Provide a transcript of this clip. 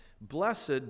Blessed